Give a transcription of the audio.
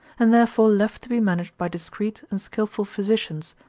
and therefore left to be managed by discreet and skilful physicians,